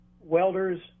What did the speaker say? welders